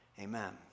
Amen